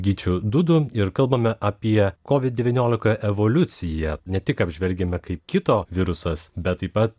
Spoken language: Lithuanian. gyčiu dudu ir kalbame apie kovid devyniolika evoliuciją ne tik apžvelgiame kaip kito virusas bet taip pat